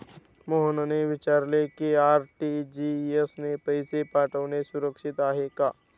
मोहनने विचारले की आर.टी.जी.एस ने पैसे पाठवणे सुरक्षित आहे का?